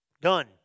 done